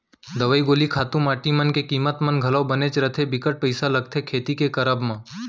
दवई गोली खातू माटी मन के कीमत मन घलौ बनेच रथें बिकट पइसा लगथे खेती के करब म